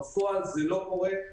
בפועל זה לא קורה.